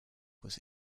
was